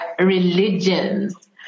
religions